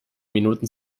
minuten